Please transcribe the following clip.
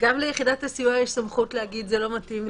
גם ליחידת הסיוע יש סמכות להגיד: זה לא מתאים,